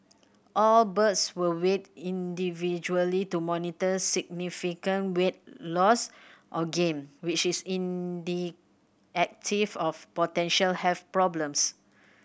all birds were weighed individually to monitor significant weight loss or gain which is of potential health problems